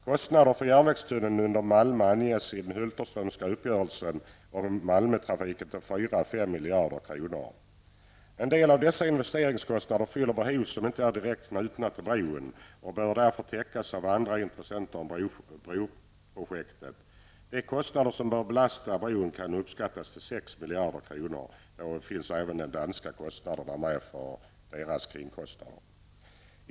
Kostnaden för järnvägstunneln under Malmö anges i den En del av dessa investeringskostnader fyller behov som inte är direkt knutna till bron och bör därför täckas av andra intressenter än broprojektet. Vi anger de kostnader som bör belasta bron till 6 miljarder kronor. Där ingår även de danska kringkostnaderna.